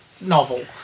novel